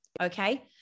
okay